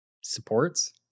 Supports